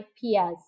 peers